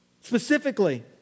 Specifically